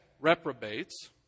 Reprobates